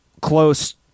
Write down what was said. close